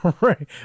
right